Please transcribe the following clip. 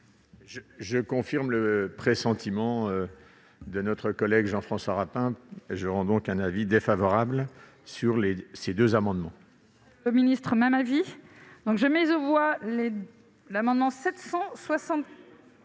Je confirme le pressentiment de notre collègue Jean-François Rapin : avis défavorable sur ces deux amendements.